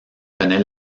connaît